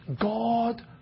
God